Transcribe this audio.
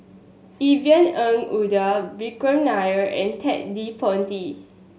Yvonne Ng Uhde Vikram Nair and Ted De Ponti